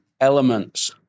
elements